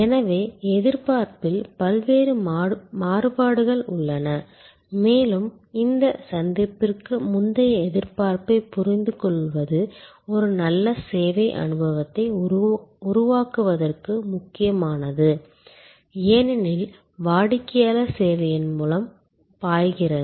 எனவே எதிர்பார்ப்பில் பல்வேறு மாறுபாடுகள் உள்ளன மேலும் இந்த சந்திப்பிற்கு முந்தைய எதிர்பார்ப்பைப் புரிந்துகொள்வது ஒரு நல்ல சேவை அனுபவத்தை உருவாக்குவதற்கு முக்கியமானது ஏனெனில் வாடிக்கையாளர் சேவையின் மூலம் பாய்கிறது